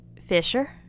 Fisher